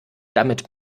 damit